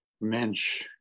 mensch